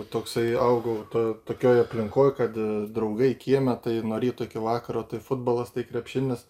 toksai augau to tokioj aplinkoj kad draugai kieme tai nuo ryto iki vakaro tai futbolas tai krepšinis